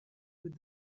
with